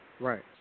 Right